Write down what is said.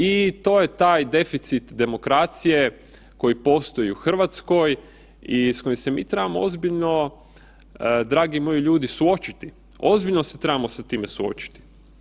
I to je taj deficit demokracije koji postoji u RH i s kojim se mi trebamo ozbiljno dragi moji ljudi suočiti, ozbiljno se trebamo sa time suočiti.